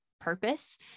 purpose